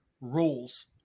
rules